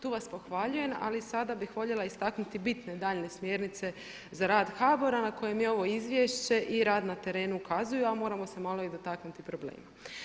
Tu vas pohvaljujem, ali sada bih voljela istaknuti bitne daljnje smjernice za rad HBOR-a na kojem je ovo izvješće i rad na terenu ukazuju a moramo se malo i dotaknuti problema.